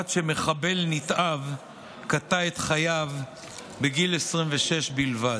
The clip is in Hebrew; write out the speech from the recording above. עד שמחבל נתעב קטע את חייו בגיל 26 בלבד.